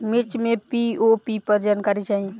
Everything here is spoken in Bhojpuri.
मिर्च मे पी.ओ.पी पर जानकारी चाही?